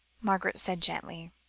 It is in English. margaret said gently,